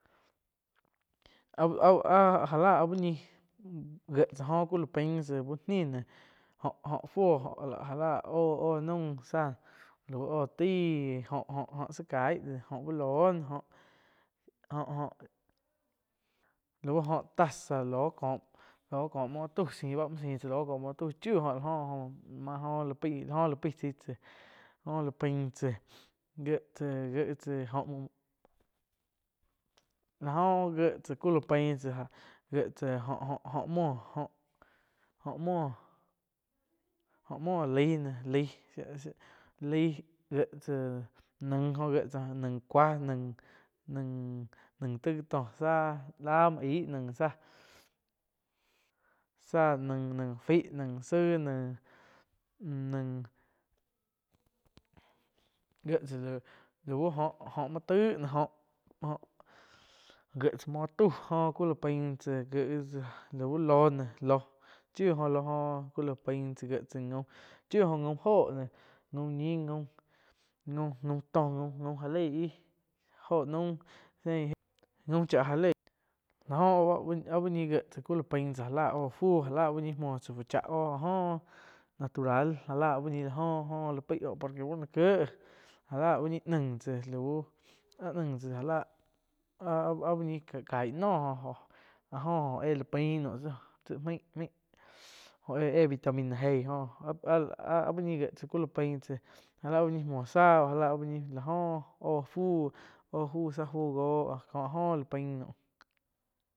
Au-au áh já lah áh uh ñih gie tsá jo cu pain tsá uh ni ne óh-óh fuoh já la óh-óh naum tsáh lau óh taí óh-óh zá kaih oh uh loh noh óh-óh lau óh taza lau kó muo tau ziih ba muoh ziih tsá loh ko muoh tauh choi óh áh joh oh la paíh tsai tsáh jóh la pain tzáh gie tzáh óh. Áh oh gie tsá ku la pain tsáh gie tsá óh-óh muoh, óh muoh laih ne, laih shia-shia gies tsáh nainh óh gie tsáh nain cuáh, nain taih tó zaíh zá la muoh aih naih, záh záh nain, nain faí nain zaih nain, nain gie tsa lau óh-óh muho taig noh óh gié tsá muoh tauh jóh ku la pain tsáh gie wi tsá lau loh néh loh chiu oh lo góh ku la pain tsá gie gaum chiuh gaum óho noh gau ñih gaum, gaum-gaum tó galei íh óho naum zeih. Gaum chá já leih lá oh bá áh úh ñih gié tsá ku la pain tsá já lá óh fuu, já la úh ñih muohh tsáh fu cha oh jo áh oh natural já la uh ñi la oh la paih oh por que bu noh kiéh já uh ñi naih tsáh lauh áh naih tsá já lah áh-áh uh ñih cai noh jo áh jo oh éh paih noh tsi mai-mai oh éh-éh vitamina eih oh áh-áh uh ñi gie tsáh ku la pain tsáh já la áh uh ñi muoh záh já la áh uh ñi la oh, óh fu záh fu góh ko áh jó la paih naum.